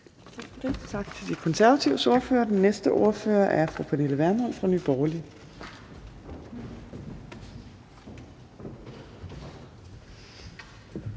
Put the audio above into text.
Tak til De Konservatives ordfører. Den næste ordfører er fru Pernille Vermund fra Nye Borgerlige.